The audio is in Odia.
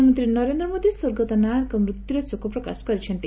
ପ୍ରଧାନମନ୍ତ୍ରୀ ନରେନ୍ଦ୍ର ମୋଦି ସ୍ୱର୍ଗତ ନାୟାରଙ୍କ ମୃତ୍ୟୁରେ ଶୋକପ୍ରକାଶ କରିଛନ୍ତି